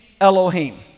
Elohim